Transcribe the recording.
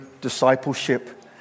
discipleship